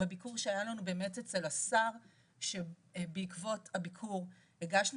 בביקור שהיה לנו אצל שר הרווחה ובעקבות הביקור הזה אנחנו הגשנו